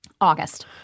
August